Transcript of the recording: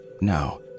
No